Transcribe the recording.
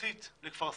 מזרחית לכפר סירקין,